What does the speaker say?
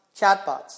chatbots